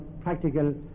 practical